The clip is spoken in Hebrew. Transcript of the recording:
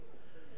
מה שאת רוצה,